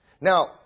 Now